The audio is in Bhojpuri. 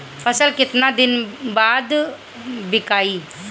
फसल केतना दिन बाद विकाई?